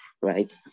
right